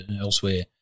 elsewhere